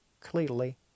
clearly